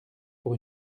pour